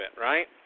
right